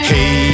Hey